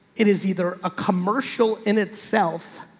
it is either a commercial in itself